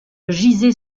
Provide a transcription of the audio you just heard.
gisait